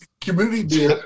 Community